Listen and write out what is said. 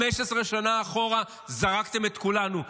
15 שנה אחורה זרקתם את כולנו.